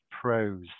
pros